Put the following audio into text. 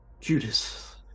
Judas